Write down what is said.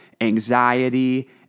anxiety